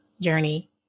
journey